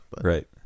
Right